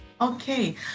Okay